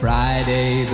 Friday